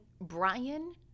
Brian